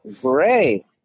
great